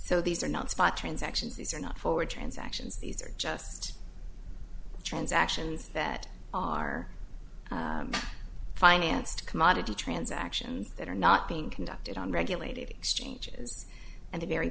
so these are not spot transactions these are not forward transactions these are just transactions that are financed commodity transactions that are not being conducted on regulated exchanges and the very